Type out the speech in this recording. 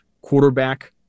quarterback